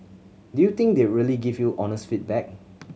do you think they really give you honest feedback